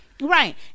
Right